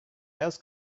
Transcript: else